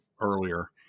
earlier